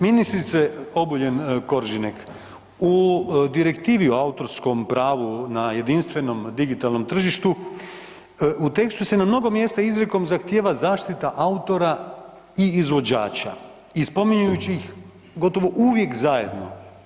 Ministrice Obuljen Koržinek, u Direktivi o autorskom pravu na jedinstvenom digitalnom tržištu u tekstu se na mnogo mjesta izrijekom zahtjeva zaštita autora i izvođača i spominjujući ih gotovo uvijek zajedno.